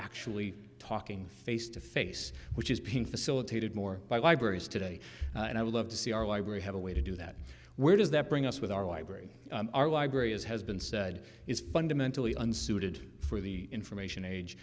actually talking face to face which is being facilitated more by libraries today and i would love to see our library have a way to do that where does that bring us with our library as has been said is fundamentally unsuited for the information age